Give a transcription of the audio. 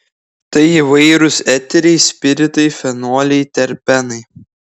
tai įvairūs eteriai spiritai fenoliai terpenai